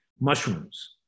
mushrooms